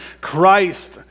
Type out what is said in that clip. Christ